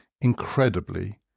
incredibly